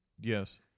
Yes